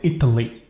Italy